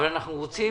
אבל אנחנו רוצים